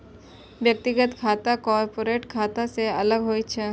व्यक्तिगत खाता कॉरपोरेट खाता सं अलग होइ छै